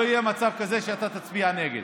לא יהיה מצב כזה שאתה תצביע נגד,